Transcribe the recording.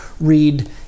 read